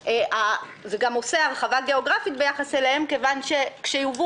זה גם עושה הרחבה גיאוגרפית ביחס אליהם מכיוון שכאשר יובאו